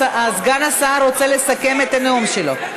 סגן השר רוצה לסכם את הנאום שלו.